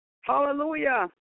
Hallelujah